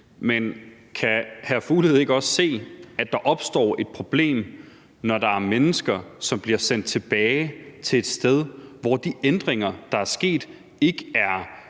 Men kan hr. Mads Fuglede ikke også se, at der opstår et problem, når der er mennesker, som bliver sendt tilbage til et sted, hvor de ændringer, der er sket, ikke er